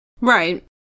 Right